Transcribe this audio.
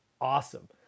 awesome